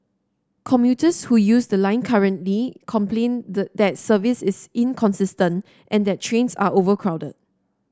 commuters who use the line currently complain the that service is inconsistent and that trains are overcrowded